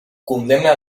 condemna